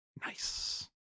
Nice